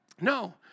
No